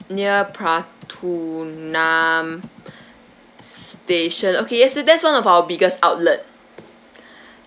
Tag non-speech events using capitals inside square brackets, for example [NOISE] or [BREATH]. near pratunam [BREATH] station okay yes that's one of our biggest outlet [BREATH]